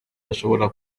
bashobora